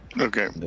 Okay